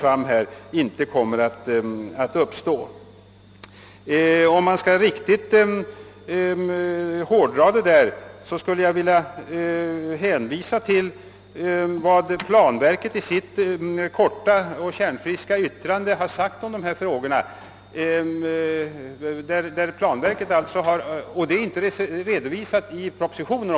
För att hårdra det sagda vill jag hänvisa till vad planverket i sitt korta och kärnfulla yttrande har anfört i dessa frågor — och observera att det inte är redovisat i propositionen!